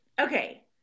Okay